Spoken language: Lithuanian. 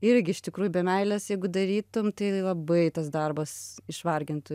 irgi iš tikrųjų be meilės jeigu darytum tai labai tas darbas išvargintų